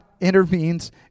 intervenes